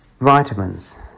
Vitamins